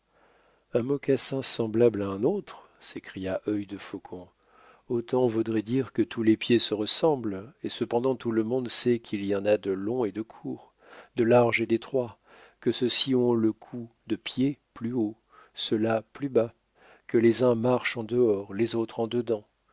un mocassin semblable à un autre s'écria œil defaucon autant vaudrait dire que tous les pieds se ressemblent et cependant tout le monde sait qu'il y en a de longs et de courts de larges et d'étroits que ceux-ci ont le cou-de-pied plus haut ceux-là plus bas que les uns marchent en dehors les autres en dedans